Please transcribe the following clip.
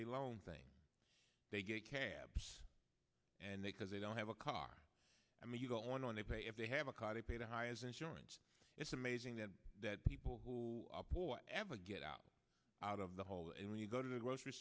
payday loan thing they get cabs and they cause they don't have a car i mean you go on and they pay if they have a car they pay the high as insurance it's amazing that that people who ever get out out of the hole and when you go to the grocery